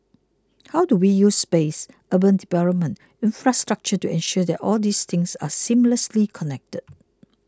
how do we use space urban development infrastructure to ensure that all these things are seamlessly connected